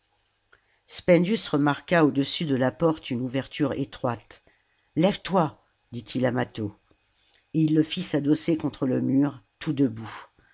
spendius remarqua au-dessus de la porte une ouverture étroite pd salammbô lève-toi dit-il à mâtho et il le fit s'adosser contre le mur tout debout